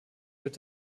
wird